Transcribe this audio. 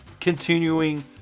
continuing